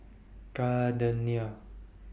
Gardenia